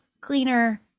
cleaner